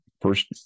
first